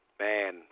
Man